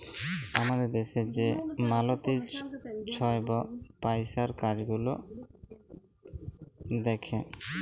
আমাদের দ্যাশে যে মলতিরি ছহব পইসার কাজ গুলাল দ্যাখে